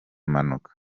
mpanuka